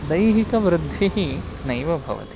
दैहिक वृद्धिः नैव भवति